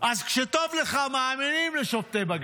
אז כשטוב לך, מאמינים לשופטי בג"ץ,